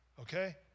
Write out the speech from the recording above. okay